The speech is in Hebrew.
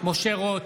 בהצבעה קארין אלהרר,